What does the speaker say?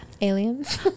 Aliens